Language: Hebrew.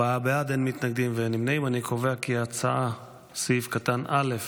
הצעת ועדת הכנסת להעביר את הצעת חוק העונשין (תיקון,